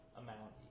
amount